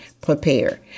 prepare